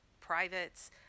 privates